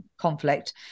conflict